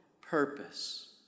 purpose